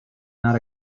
not